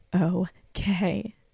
okay